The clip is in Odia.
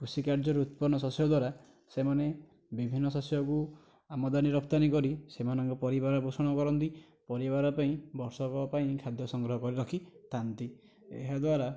କୃଷି କାର୍ଯ୍ୟରୁ ଉତ୍ପର୍ଣ୍ଣ ଶସ୍ୟ ଦ୍ୱାରା ସେମାନେ ବିଭିନ୍ନ ଶସ୍ୟ କୁ ଆମଦାନୀ ରପ୍ତାନି କରି ସେମାନଙ୍କର ପାରିବାରର ପୋଷଣ କରନ୍ତି ପରିବାର ପାଇଁ ବର୍ଷକ ପାଇଁ ଖାଦ୍ୟ ସଂଗ୍ରହ କରି ରଖି ଥାଆନ୍ତି ଏହା ଦ୍ୱାରା